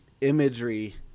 imagery